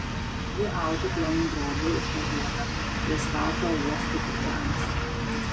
ji audžia plonų drobių ir parduoda pristato juostų pirkliams